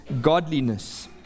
godliness